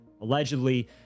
Allegedly